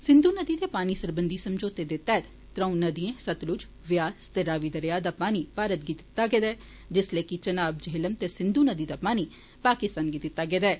सिंघु नदी दे पानी सरबंधी समझौते दे तैहत त्रौं नदिए सतलुज ब्यास ते रावी दरेआएं दा पानी भारत गी दित्ता गेदा ऐ जिल्ले के चिनाब झेहलम ते सिंघु नदी दा पानी पाकिस्तान गी दित्ता गेदा ऐ